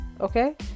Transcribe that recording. Okay